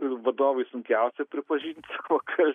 e vadovui sunkiausia pripažint savo kal